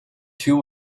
two